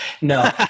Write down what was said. no